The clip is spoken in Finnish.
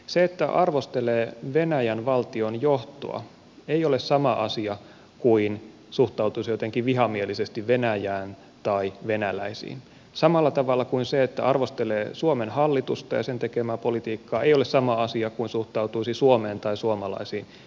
se että arvostelee venäjän valtion johtoa ei ole sama asia kuin suhtautuisi jotenkin vihamielisesti venäjään tai venäläisiin samalla tavalla kuin se että arvostelee suomen hallitusta ja sen tekemää politiikkaa ei ole sama asia kuin suhtautuisi suomeen tai suomalaisiin vihamielisesti